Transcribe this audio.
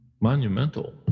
monumental